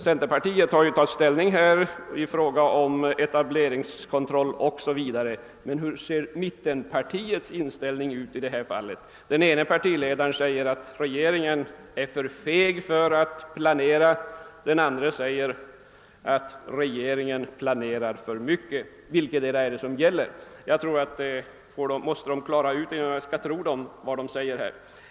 Centerpartiet har ju tagit ställning till frågan om en etableringskontroll, men hur ser mittenpartiernas inställning ut i detta fall? Den ene partiledaren säger att regeringen är för feg för att planera, den andre säger att regeringen planerar för mycket. Vilket är riktigt? De båda partiledarna måste nog klara ut detta sinsemellan innan de kan begära att vi skall tro vad de säger.